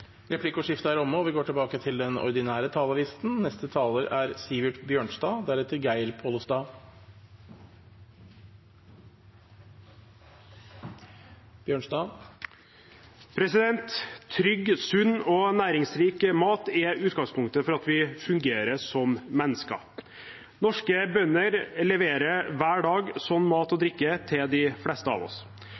og bosetting. Replikkordskiftet er omme. Trygg, sunn og næringsrik mat er utgangspunktet for at vi fungerer som mennesker. Norske bønder leverer hver dag slik mat og drikke til de fleste av oss.